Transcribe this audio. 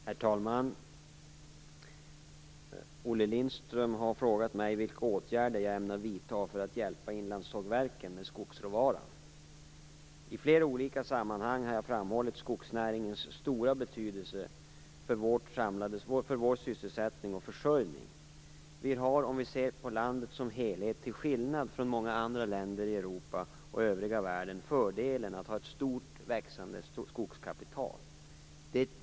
Herr talman! Olle Lindström har frågat mig vilka åtgärder jag ämnar vidta för att hjälpa inlandssågverken med skogsråvara. I flera olika sammanhang har jag framhållit skogsnäringens stora betydelse för vår sysselsättning och försörjning. Vi har, om vi ser på landet som helhet, till skillnad från många andra länder i Europa och övriga världen fördelen att ha ett stort växande skogskapital.